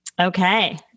Okay